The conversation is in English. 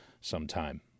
sometime